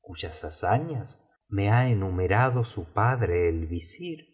cuyas hazañas me ba enumerado su padre el visir